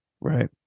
right